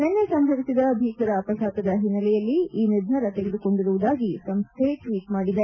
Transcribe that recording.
ನಿನ್ನೆ ಸಂಭವಿಸಿದ ಭೀಕರ ಅಪಘಾತದ ಹಿನ್ನೆಲೆಯಲ್ಲಿ ಈ ನಿರ್ಧಾರ ತೆಗೆದುಕೊಂಡಿರುವುದಾಗಿ ಸಂಸ್ಟೆ ಟ್ವೀಟ್ ಮಾಡಿದೆ